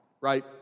right